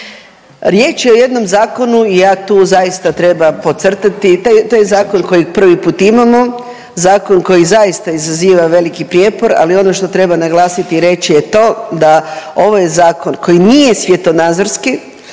Riječ je o jednom zakonu i ja tu zaista trebam podcrtati. To je zakon koji prvi put imamo, zakon koji zaista izaziva veliki prijepor, ali ono što treba naglasiti i reći je to da ovaj zakon koji nije svjetonazorski,